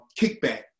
kickback